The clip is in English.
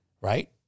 Right